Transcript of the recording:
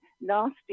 nasty